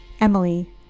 Emily